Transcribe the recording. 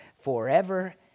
forever